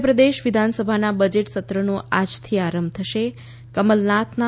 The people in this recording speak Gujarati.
મધ્યપ્રદેશ વિધાનસભાના બજેટ સત્રનો આજથી આરંભ થશે કમલનાથના